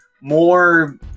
more